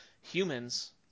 humans